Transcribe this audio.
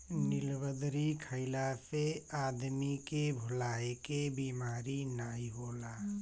नीलबदरी खइला से आदमी के भुलाए के बेमारी नाइ होला